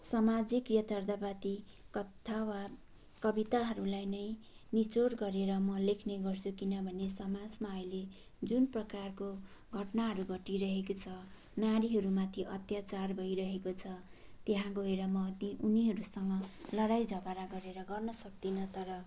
सामाजिक यथार्थवादी कथा वा कविताहरूलाई नै निचोड गरेर म लेख्ने गर्छु किनभने समाजमा अहिले जुन प्रकारको घटनाहरू घटिरहेको छ नारीहरूमाथि अत्याचार भइरहेको छ त्यहाँ गएर म ती उनीहरूसँग लडाइ झगडा गरेर गर्न सक्दिनँ तर